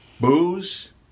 booze